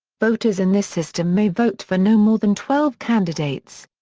voters in this system may vote for no more than twelve candidates.